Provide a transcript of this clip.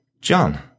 John